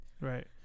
Right